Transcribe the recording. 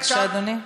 אדוני.